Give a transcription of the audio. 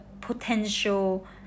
potential